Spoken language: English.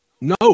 No